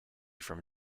from